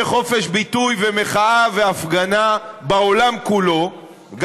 חופש ביטוי ומחאה והפגנה בעולם כולו,